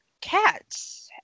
cats